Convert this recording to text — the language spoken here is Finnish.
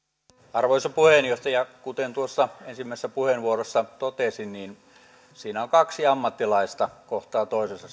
arvoisa puheenjohtaja kuten tuossa ensimmäisessä puheenvuorossa totesin siinä liikennevalvonnassa kaksi ammattilaista kohtaavat toisensa